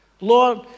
Lord